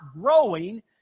growing